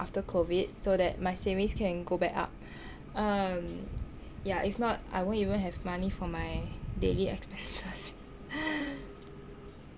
after COVID so that my savings can go back up um ya if not I won't even have money for my daily expenses